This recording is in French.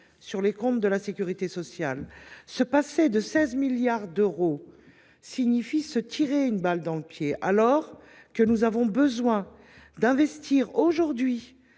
sur les comptes de la sécurité sociale. Se passer de 16 milliards d’euros signifie se tirer une balle dans le pied alors que nous avons besoin d’investir aujourd’hui